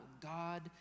God